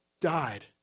died